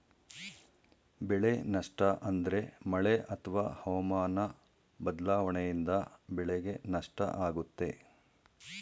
ಬೆಳೆ ನಷ್ಟ ಅಂದ್ರೆ ಮಳೆ ಅತ್ವ ಹವಾಮನ ಬದ್ಲಾವಣೆಯಿಂದ ಬೆಳೆಗೆ ನಷ್ಟ ಆಗುತ್ತೆ